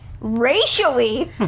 Racially